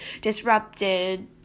disrupted